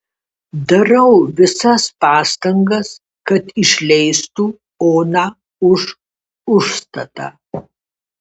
darau visas pastangas kad išleistų oną už užstatą